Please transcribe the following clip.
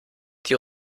die